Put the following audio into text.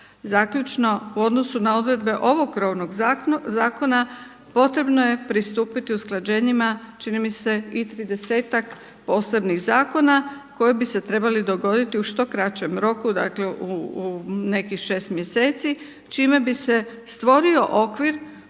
Zaključno, u odnosu na odredbe ovog krovnog zakona potrebno je pristupiti usklađenjima čini mi se i tridesetak posebnih zakona koji bi se trebali dogoditi u što kraćem roku dakle u nekih šest mjeseci, čime bi se stvorio okvir